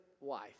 wife